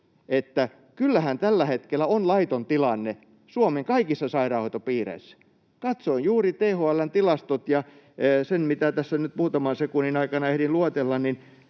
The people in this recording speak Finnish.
että kyllähän tällä hetkellä on laiton tilanne Suomen kaikissa sairaanhoitopiireissä. Katsoin juuri THL:n tilastot, ja mitä tässä nyt muutaman sekunnin aikana ehdin luetella,